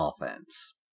offense